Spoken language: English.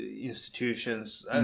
institutions